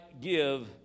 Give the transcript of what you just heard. give